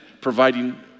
providing